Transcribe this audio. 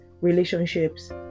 relationships